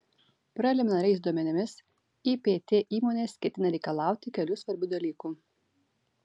preliminariais duomenimis ipt įmonės ketina reikalauti kelių svarbių dalykų